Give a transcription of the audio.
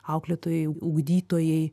auklėtojai ugdytojai